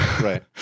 right